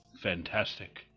fantastic